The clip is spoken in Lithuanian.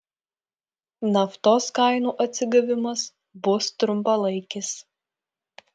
naftos kainų atsigavimas bus trumpalaikis